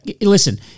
listen